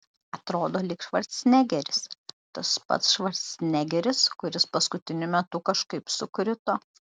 atrodo lyg švarcnegeris tas pats švarcnegeris kuris paskutiniu metu kažkaip sukrito